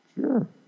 Sure